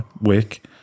wake